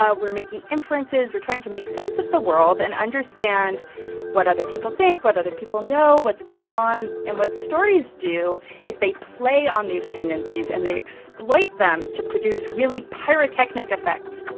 ah we're making inferences. we're trying to make sense of the world and understand what other people think, what other people know, what's going on. and what stories do is they play on these tendencies, and they exploit them to produce really pyrotechnic effects